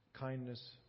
Kindness